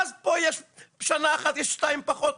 אז שנה אחת יש שניים פחות,